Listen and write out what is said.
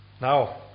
Now